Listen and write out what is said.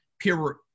peer